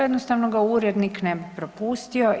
Jednostavno ga urednik ne bi propustio.